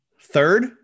Third